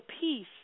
peace